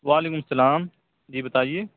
وعلیکم السّلام جی بتائیے